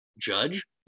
Judge